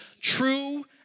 true